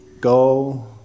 Go